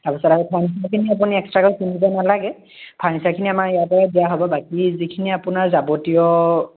তাৰ পিছত আৰু ফাৰ্ণিচাৰখিনি আপুনি এক্সট্ৰাকৈ কিনিব নালাগে ফাৰ্ণিচাৰখিনি আমাৰ ইয়াতে দিয়া হ'ব বাকী যিখিনি আপোনাৰ যাৱতীয়